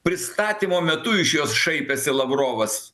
pristatymo metu iš jos šaipėsi lavrovas